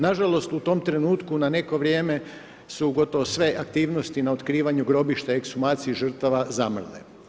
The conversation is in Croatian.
Nažalost u tom trenutku na neko vrijeme, su gotovo sve aktivnosti, na otkrivanje grobišta i ekshumaciji žrtava zamrle.